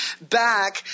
back